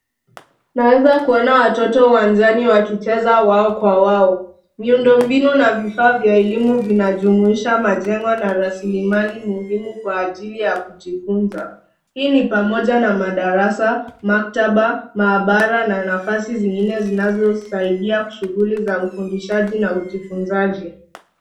Naweza kuona watoto uwanjani wakicheza wao kwa wao. Miundombinu na vifaa vya elimu vinajumuisha majengo na rasilimali muhimu kwa ajili ya kujifunza. Hii ni pamoja na madarasa, maktaba, maabara na nafasi zingine zinazo saidia shughuli za ufundishaji na ujifunzaji.